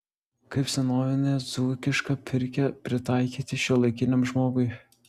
kaip senovinę dzūkišką pirkią pritaikyti šiuolaikiniam žmogui